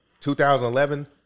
2011